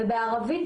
ובערבית,